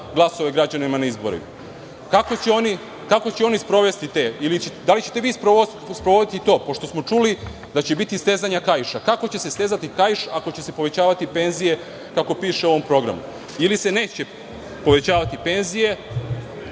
glasove građana na izborima? Da li ćete vi sprovoditi to? Pošto smo čuli da će biti stezanja kaiša, kako će se stezati kaiš ako će se povećavati penzije, kako piše u ovom programu ili se neće povećavati penzije,